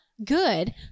good